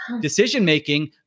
decision-making